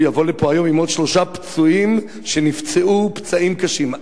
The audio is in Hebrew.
יבוא לפה היום עם עוד שלושה פצועים שנפצעו פצעים קשים.